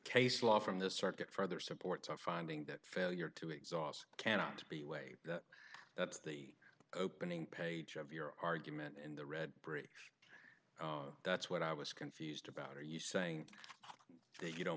case law from the circuit further supports a finding that failure to exhaust cannot be weighed that's the opening page of your argument and the red brick that's what i was confused about are you saying that you don't